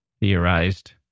theorized